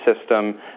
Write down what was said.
system